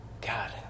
god